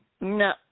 no